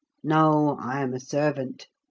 no i am a servant.